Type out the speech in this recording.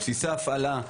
ובסיסי הפעלה.